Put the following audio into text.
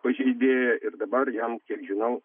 pažeidėją ir dabar jam kiek žinau